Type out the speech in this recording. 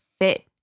fit